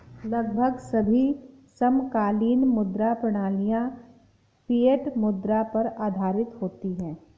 लगभग सभी समकालीन मुद्रा प्रणालियाँ फ़िएट मुद्रा पर आधारित होती हैं